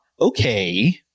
Okay